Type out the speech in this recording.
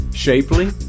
Shapely